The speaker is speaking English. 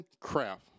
Craft